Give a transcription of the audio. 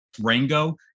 Rango